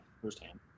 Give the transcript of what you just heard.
firsthand